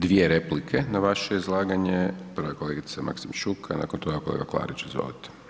Dvije replike na vaše izlaganje, prva je kolegica Maksimčuk, a nakon toga kolega Klarić, izvolite.